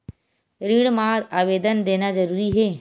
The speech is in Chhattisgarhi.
ऋण मा आवेदन देना जरूरी हे?